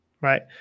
Right